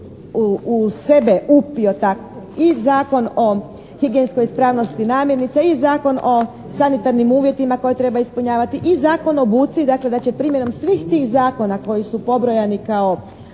u sebe upio i Zakon o higijenskoj ispravnosti namirnica i Zakon o sanitarnim uvjetima koje treba ispunjavati i Zakon o buci, dakle da će primjenom svih tih zakona koji su pobrojani kao